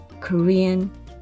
Korean